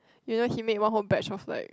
you know he make one whole batch of like